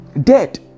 Dead